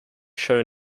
shown